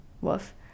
woof